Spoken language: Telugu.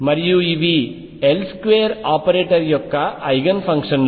మరియు ఇవి L2 ఆపరేటర్ యొక్క ఐగెన్ ఫంక్షన్లు